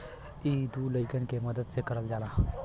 इ दू लड़कन के मदद से करल जाला